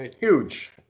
huge